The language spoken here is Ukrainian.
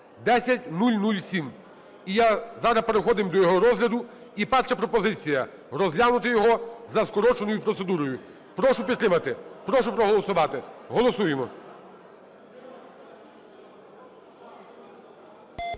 (10007). Зараз переходимо до його розгляду. І перша пропозиція, розглянути його за скороченою процедурою. Прошу підтримати. Прошу проголосувати. Голосуємо.